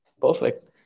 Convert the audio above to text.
Perfect